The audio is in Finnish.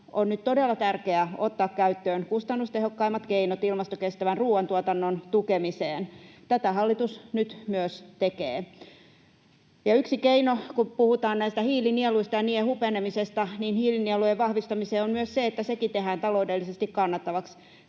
on nyt todella tärkeää ottaa käyttöön kustannustehokkaimmat keinot ilmastokestävän ruuantuotannon tukemiseen. Tätä hallitus nyt myös tekee. Kun puhutaan hiilinieluista ja niiden hupenemisesta, yksi keino hiilinielujen vahvistamiseen on myös se, että sekin tehdään taloudellisesti kannattavaksi